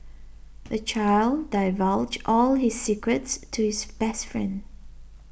the child divulged all his secrets to his best friend